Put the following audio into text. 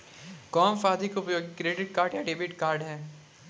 कौनसा अधिक उपयोगी क्रेडिट कार्ड या डेबिट कार्ड है?